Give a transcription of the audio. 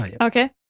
Okay